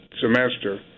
semester